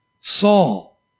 Saul